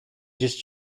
this